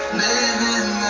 living